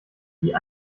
die